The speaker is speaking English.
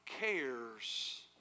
cares